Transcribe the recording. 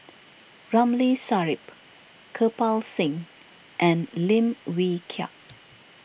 Ramli Sarip Kirpal Singh and Lim Wee Kiak